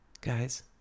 Guys